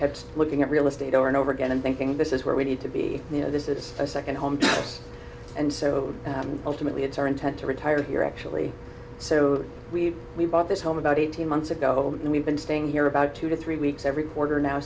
kept looking at real estate over and over again and thinking this is where we need to be you know this is a second home to us and so ultimately it's our intent to retire here actually so we we bought this home about eighteen months ago and we've been staying here about two to three weeks every quarter now